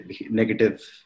negative